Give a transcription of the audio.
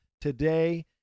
today